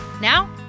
Now